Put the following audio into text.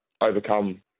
overcome